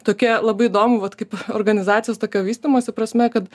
tokia labai įdomu vat kaip organizacijos tokio vystymosi prasme kad